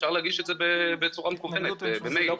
אפשר להגיש את זה בצורה מקוונת, במייל.